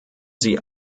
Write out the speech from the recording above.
sie